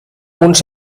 uns